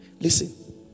Listen